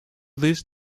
this